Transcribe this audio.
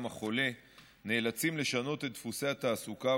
החולה נאלצים לשנות את דפוסי התעסוקה,